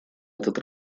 этот